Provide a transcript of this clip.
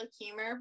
humor